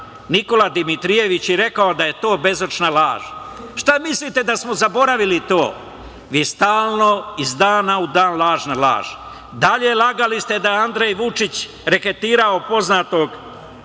Nikola Dimitrijević i rekao da je bezočna laž. Šta mislite da smo zaboravili to? Vi stalno iz dana u dan laž na laž. Dalje, lagali ste da je Andrej Vučić reketirao poznato